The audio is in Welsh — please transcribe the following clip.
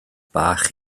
bach